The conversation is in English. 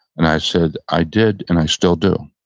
and i said, i did and i still do.